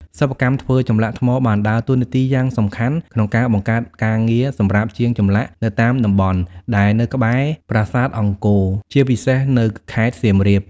សិប្បកម្មធ្វើចម្លាក់ថ្មបានដើរតួនាទីយ៉ាងសំខាន់ក្នុងការបង្កើតការងារសម្រាប់ជាងចម្លាក់នៅតាមតំបន់ដែលនៅក្បែរប្រាសាទអង្គរ ជាពិសេសនៅខេត្តសៀមរាប។